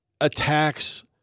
attacks—